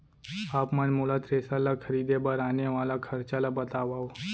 आप मन मोला थ्रेसर ल खरीदे बर आने वाला खरचा ल बतावव?